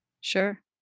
Sure